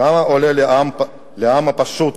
כמה עולה לעם הפשוט